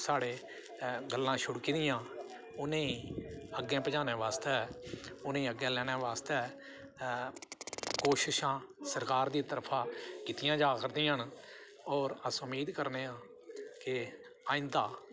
सारे गल्लां छड़की दियां उ'नेंगी अग्गें पजाने बास्तै उ'नेंगी अग्गें लेने बास्तै कोशशां सरकार दी तरफा कीतियां जा करदियां न होर अस उम्मीद करने आं कि आइंदा